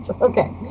Okay